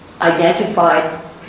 identify